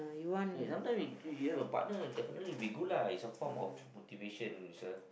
eh sometimes if if you have a partner definitely will be good lah it's a form of motivation it's a